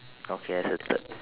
okay as a third